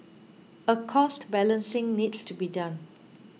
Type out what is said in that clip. a cost balancing needs to be done